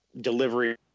delivery